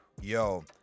Yo